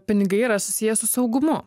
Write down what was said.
pinigai yra susiję su saugumu